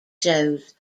shows